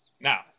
Now